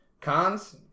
Cons